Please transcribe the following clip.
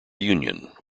union